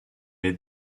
est